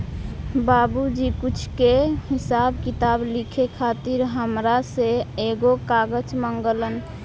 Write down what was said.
बाबुजी कुछ के हिसाब किताब लिखे खातिर हामरा से एगो कागज मंगलन